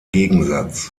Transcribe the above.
gegensatz